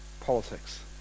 politics